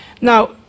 Now